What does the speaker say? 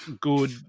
good